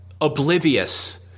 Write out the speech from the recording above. oblivious